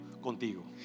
contigo